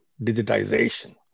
digitization